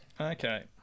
Okay